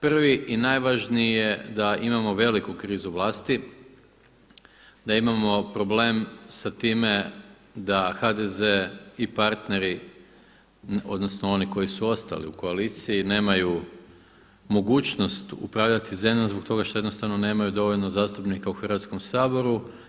Prvi i najvažniji je da imamo veliku krizu vlasti, da imamo problem sa time da HDZ i partneri, odnosno oni koji su ostali u koaliciji nemaju mogućnost upravljati zemljom zbog toga što jednostavno nemaju dovoljno zastupnika u Hrvatskom saboru.